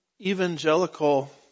evangelical